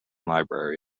library